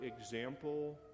example